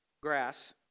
grass